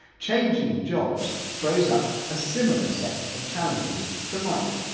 changing jobs throws up a similar set of challenges to mike.